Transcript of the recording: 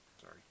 Sorry